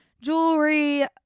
jewelry